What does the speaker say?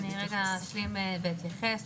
אני אשלים ואתייחס.